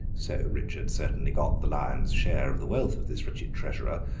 so, richard certainly got the lion's share of the wealth of this wretched treasurer,